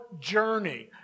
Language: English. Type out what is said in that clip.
journey